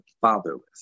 fatherless